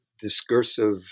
discursive